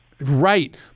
Right